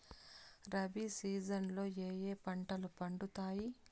rabi season లో ఏ ఏ పంటలు పండుతాయి